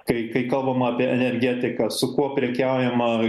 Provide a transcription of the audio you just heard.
kai kai kalbam apie energetiką su kuo prekiaujama